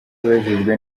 abajijwe